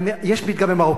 יש פתגם כזה במרוקאית,